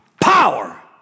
Power